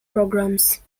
programmes